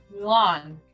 Mulan